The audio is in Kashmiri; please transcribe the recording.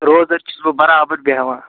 روزدَر چھُس بہٕ بَرابر بیٚہوان